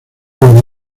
los